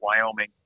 Wyoming